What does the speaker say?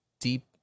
Deep